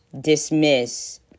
dismiss